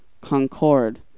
Concord